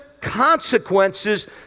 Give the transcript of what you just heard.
consequences